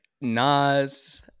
Nas